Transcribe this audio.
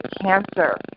cancer